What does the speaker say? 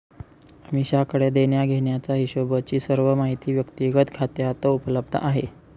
अमीषाकडे देण्याघेण्याचा हिशोबची सर्व माहिती व्यक्तिगत खात्यात उपलब्ध आहे